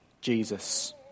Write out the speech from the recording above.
Jesus